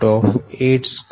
52 10